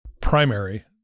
primary